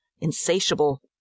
insatiable